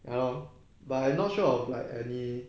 ya lor but I not sure of like any